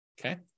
Okay